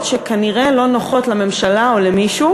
שכנראה לא נוחות לממשלה או למישהו.